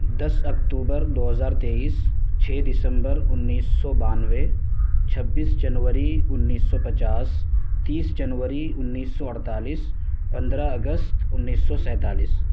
دس اکتوبر دو ہزار تیئیس چھ دسمبر انیس سو بانوے چھبیس جنوری انیس سو پچاس تیس جنوری انیس سو اڑتالیس پندرہ اگست انیس سو سینتالیس